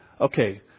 Okay